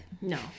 No